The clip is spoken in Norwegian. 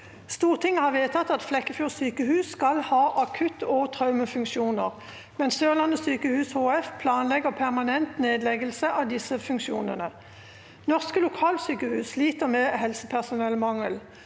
«Stortinget har vedtatt at Flekkefjord sykehus skal ha akutt- og traumefunksjoner, men Sørlandet sykehus HF planlegger permanent nedleggelse av disse funksjonene. Norske lokalsykehus sliter med helsepersonellmangel.